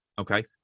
okay